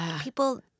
people